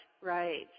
right